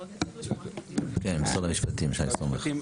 כן, משרד המשפטים, שי סומך.